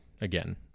again